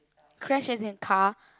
crash as in car